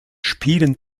spielen